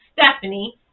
Stephanie